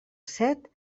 set